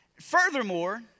Furthermore